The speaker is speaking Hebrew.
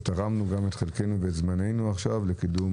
ותרמנו גם את חלקנו וזמננו עכשיו לקידום